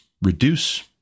reduce